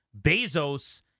Bezos